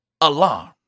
alarm